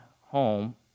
home